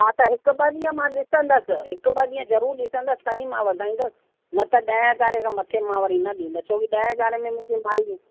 हा त हिकु ॿ ॾींहं मां ॾिसंदसि हिकु ॿ ॾींहं ज़रूरु ॾिसंदसि तॾहिं मां वधाईंदस न त ॾह हज़ार खां मथे मां वरी न ॾींदसि छोकी ॾह हज़ार में मूंखे माई